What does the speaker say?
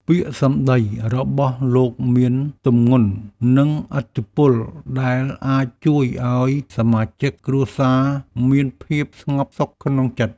ពាក្យសម្តីរបស់លោកមានទម្ងន់ និងឥទ្ធិពលដែលអាចជួយឱ្យសមាជិកគ្រួសារមានភាពស្ងប់សុខក្នុងចិត្ត។